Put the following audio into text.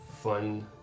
fun